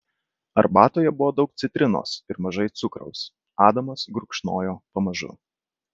arbatoje buvo daug citrinos ir mažai cukraus adamas gurkšnojo pamažu